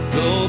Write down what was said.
go